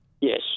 Yes